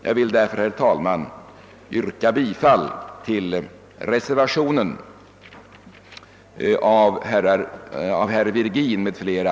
Jag vill, herr talman, yrka bifall till reservationen av herr Virgin m.fl.